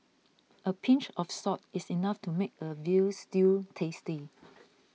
a pinch of salt is enough to make a Veal Stew tasty